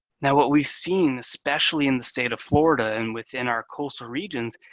now, what we've seen, especially in the state of florida and within our coastal regions,